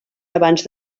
abans